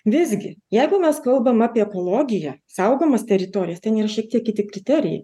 visgi jeigu mes kalbam apie ekologiją saugomas teritorijas ten yra šiek tiek kiti kriterijai